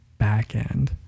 backend